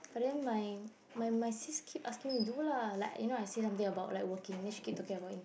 but then my my my sis keep asking me to do lah like you know I say something about like working then she keep talking about internship